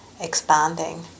expanding